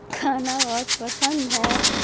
کھانا بہت پسند ہے